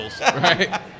Right